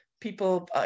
people